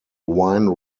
wine